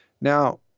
Now